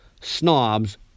snobs